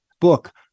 book